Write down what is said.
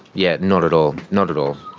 yeah. not at all. not at all.